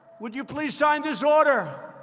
would you please sign this order?